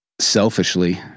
selfishly